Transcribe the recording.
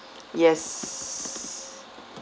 yes